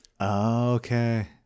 Okay